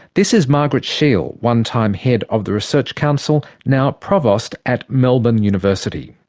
this is margaret sheil, one-time head of the research council, now provost at melbourne university.